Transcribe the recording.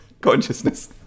consciousness